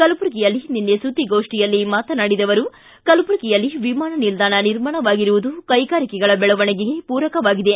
ಕಲಬುರಗಿಯಲ್ಲಿ ನಿನ್ನೆ ಸುದ್ಗಿಗೋಷ್ಟಿಯಲ್ಲಿ ಮಾತನಾಡಿದ ಅವರು ಕಲಬುರಗಿಯಲ್ಲಿ ವಿಮಾನ ನಿಲ್ಲಾಣ ನಿರ್ಮಾಣವಾಗಿರುವುದು ಕೈಗಾರಿಕೆಗಳ ಬೆಳವಣಿಗೆಗೆ ಪೂರಕವಾಗಿದೆ